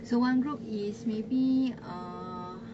so one group is maybe uh